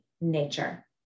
nature